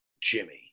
Jimmy